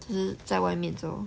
只在外面走